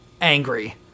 angry